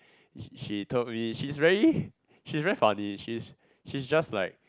she she told me she's very she's very funny she's she's just like